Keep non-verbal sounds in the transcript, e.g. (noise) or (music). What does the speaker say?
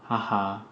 (laughs)